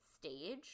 stage